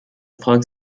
volk